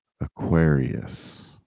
aquarius